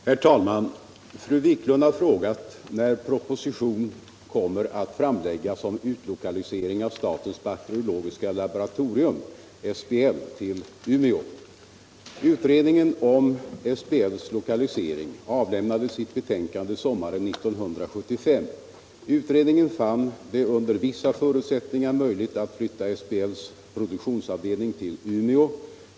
den 20 februari anmälda fråga, 1975/76:246, och anförde: Om utlokalisering Herr talman! Fru Wiklund har frågat när proposition kommer att fram = av statens bakterio maren 1975. Utredningen fann det under vissa förutsättningar möjligt att flytta SBL:s produktionsavdelning till Umeå.